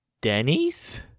Denny's